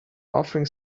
offering